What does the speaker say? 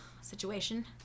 situation